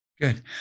Good